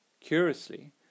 Curiously